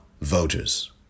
voters